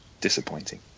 disappointing